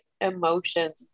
emotions